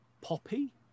poppy